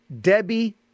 Debbie